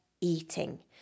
eating